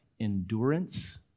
endurance